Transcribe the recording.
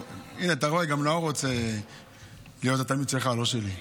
כול, הלוואי שהייתי רב ושהיו לי תלמידים כמוך.